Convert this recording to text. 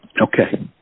Okay